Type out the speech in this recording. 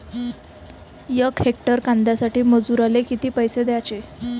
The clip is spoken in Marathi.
यक हेक्टर कांद्यासाठी मजूराले किती पैसे द्याचे?